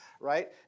right